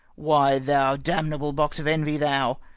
why, thou damnable box of envy, thou,